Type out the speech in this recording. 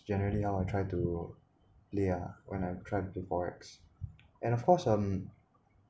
generally I'll try to play ah when I'm try to forex and of course um